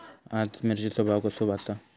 आज मिरचेचो भाव कसो आसा?